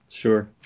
Sure